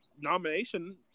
nomination